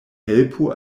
helpu